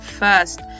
First